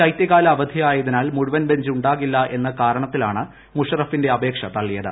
ശൈത്യകാല അവധിയായതിനാൽ മുഴുവൻ ബെഞ്ച് ഉണ്ടാകില്ല എന്ന കാരണത്തിലാണ് മുഷറഫിന്റെ അപേക്ഷ തള്ളിയത്